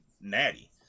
Natty